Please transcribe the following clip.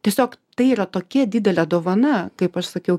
tiesiog tai yra tokia didelė dovana kaip aš sakiau